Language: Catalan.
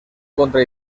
contra